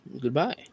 Goodbye